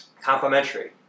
complementary